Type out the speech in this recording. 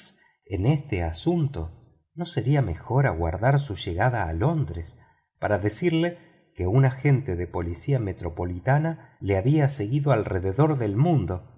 en este asunto no sería mejor aguardar su llegada a londres para decirle que un agente de policía metropolitana le había seguido alrededor del mundo